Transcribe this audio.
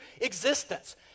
existence